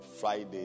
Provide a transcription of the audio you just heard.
Friday